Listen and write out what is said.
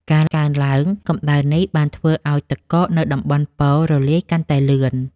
ការកើនឡើងកម្ដៅនេះបានធ្វើឱ្យទឹកកកនៅតំបន់ប៉ូលរលាយកាន់តែលឿន។